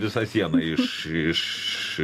visa siena iš iš